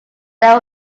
that